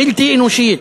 בלתי אנושית,